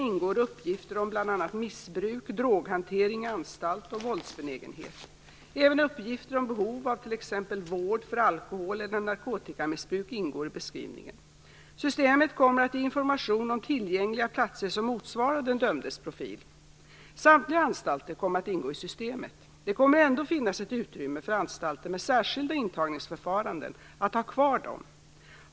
I missbruk, droghantering vid anstalt och våldsbenägenhet. Även uppgifter om behov av t.ex. vård för alkohol eller narkotikamissbruk ingår i beskrivningen. Systemet kommer att ge information om tillgängliga platser som motsvarar den dömdes profil. Samtliga anstalter kommer att ingå i systemet. Det kommer ändå att finnas ett utrymme för anstalter med särskilda intagningsförfaranden att ha kvar dessa.